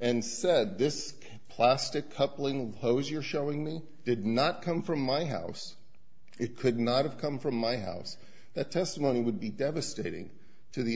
and said this plastic coupling hose you're showing me did not come from my house it could not have come from my house that testimony would be devastating to the